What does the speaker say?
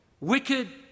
wicked